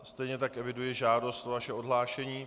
Stejně tak eviduji žádost o vaše odhlášení.